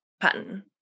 pattern